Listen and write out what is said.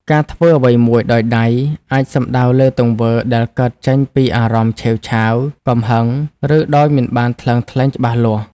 ការធ្វើអ្វីមួយដោយ "ដៃ" អាចសំដៅលើទង្វើដែលកើតចេញពីអារម្មណ៍ឆេវឆាវ កំហឹង ឬដោយមិនបានថ្លឹងថ្លែងច្បាស់លាស់។